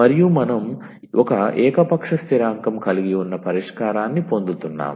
మరియు మనం ఒక ఏకపక్ష స్థిరాంకం కలిగి ఉన్న పరిష్కారాన్ని పొందుతున్నాము